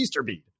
Easterbead